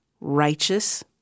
righteous